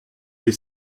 des